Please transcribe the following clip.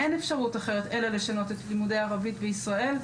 אין אפשרות אחרת אלא לשנות את לימודי הערבית בישראל.